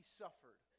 suffered